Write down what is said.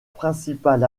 principal